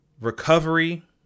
Recovery